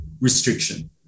restriction